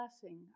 blessing